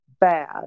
bad